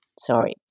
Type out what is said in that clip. sorry